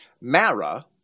mara